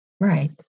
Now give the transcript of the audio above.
Right